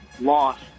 Lost